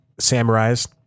samurais